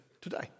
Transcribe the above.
today